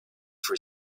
for